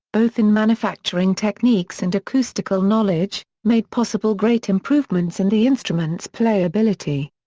both in manufacturing techniques and acoustical knowledge, made possible great improvements in the instrument's playability.